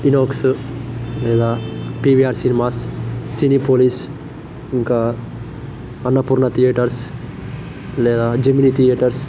ఇనోక్స్ లేదా PVR cinemas Cinepolis ఇంకా Annapurna theatres లేదా జెమిని థియేటర్స్